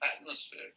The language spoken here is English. atmosphere